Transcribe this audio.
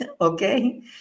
okay